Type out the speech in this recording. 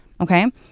okay